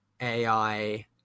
AI